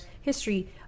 history